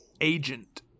agent